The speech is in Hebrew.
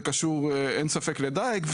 זה לצערי קשור ללא ספק לדייג,